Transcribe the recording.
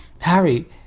Harry